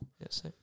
Yes